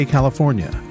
California